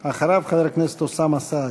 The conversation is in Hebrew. אחריו, חבר הכנסת אוסאמה סעדי.